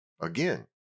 Again